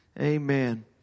Amen